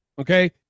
okay